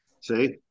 See